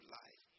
life